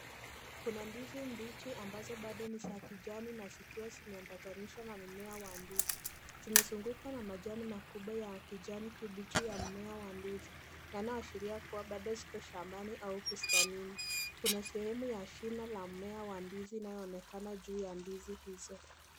Kuna ndizi mbichi ambazo bado ni za kijani na zikiwa zimeambatanishwa na mimea wa ndizi, zimezungukwa na majani makubwa ya kijani kibichi wa mmea wa ndizi, yanayo ashiria bado yako shambani au bustanini, kuna sehemu la shina wa mmea wa ndizi unaoonekana juu ya ndizi hizo.